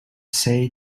say